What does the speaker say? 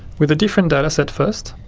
with a different data set first.